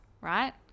right